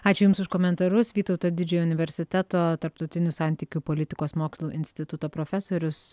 ačiū jums už komentarus vytauto didžiojo universiteto tarptautinių santykių politikos mokslų instituto profesorius